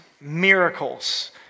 miracles